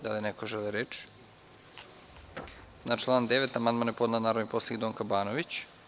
Da li neko želi reč? (Ne) Na član 9. amandman je podnela narodni poslanik Donka Banović.